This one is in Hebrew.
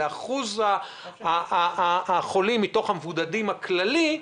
לאחוז החולים מתוך המבודדים הכללי,